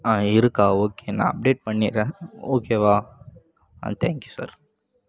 இருக்கா ஓகே நான் அப்டேட் பண்ணிவிட்றேன் ஓகேவா ஆ தேங்க்யூ சார்